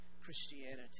Christianity